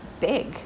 big